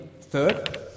third